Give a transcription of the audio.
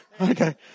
Okay